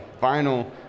vinyl